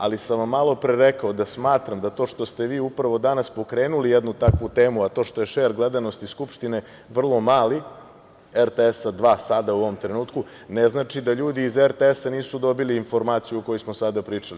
Malopre sam vam rekao da smatram da to što ste upravo danas pokrenuli jednu takvu temu, a što je šer gledanosti Skupštine vrlo mali, RTS dva, sada u ovom trenutku, ne znači da ljudi iz RTS nisu dobili informaciju o kojoj smo pričali.